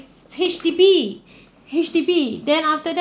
H_D_B H_D_B then after that